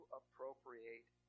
appropriate